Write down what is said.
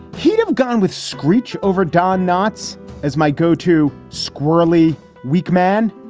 he'd have gone with screech over don knotts as my go to squirrely week man.